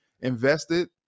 invested